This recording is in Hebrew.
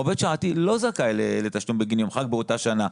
עובד שעתי לא זכאי לתשלום בגין יום חג באותה שנה,